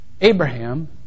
Abraham